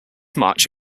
much